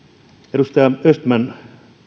edustaja östman